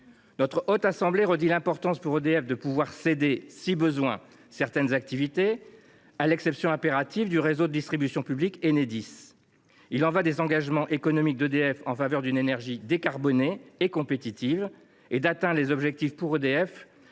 Notre Haute Assemblée rappelle l’importance pour EDF de pouvoir céder, si besoin était, certaines activités, à l’exception expresse du réseau de distribution publique, Enedis. Il y va des engagements économiques d’EDF en faveur d’une énergie décarbonée et compétitive. C’est ce qui lui